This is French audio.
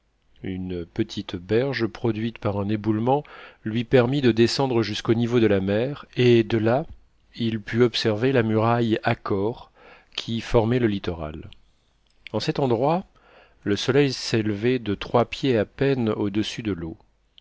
une petite berge produite par un éboulement lui permit de descendre jusqu'au niveau de la mer et de là il put observer la muraille accore qui formait le littoral en cet endroit le sol s'élevait de trois pieds à peine au-dessus de l'eau